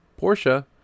Porsche